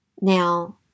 Now